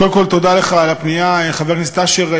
קודם כול תודה לך על הפנייה, חבר הכנסת אשר.